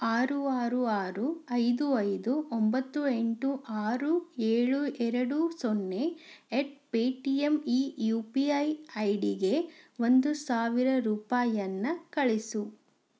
ಆರು ಆರು ಆರು ಐದು ಐದು ಒಂಬತ್ತು ಎಂಟು ಆರು ಏಳು ಎರಡು ಸೊನ್ನೆ ಎಟ್ ಪೇಟಿಎಮ್ ಈ ಯು ಪಿ ಐ ಐ ಡಿಗೆ ಒಂದು ಸಾವಿರ ರೂಪಾಯಿಯನ್ನು ಕಳಿಸು